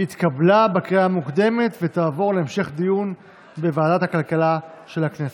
התקבלה בקריאה המוקדמת ותעבור להמשך דיון בוועדת הכלכלה של הכנסת.